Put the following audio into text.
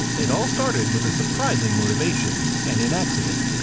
it all started with a surprising motivation and an accident,